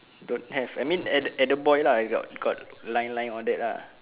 don't have I mean at the at the boy lah got got line line all that lah